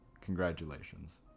Congratulations